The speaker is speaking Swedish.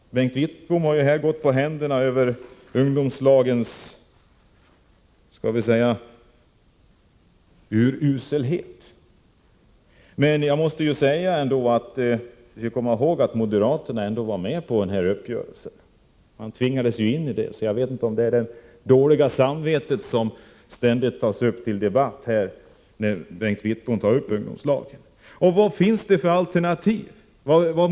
Bengt Wittbom har här gått på händerna över ungdomslagens uruselhet. Vi skall ändå komma ihåg att moderaterna var med på uppgörelsen, de tvingades in i den. Jag vet inte om det är det dåliga samvetet som tas upp till debatt när Bengt Wittbom berör ungdomslagen. Vad finns det för alternativ?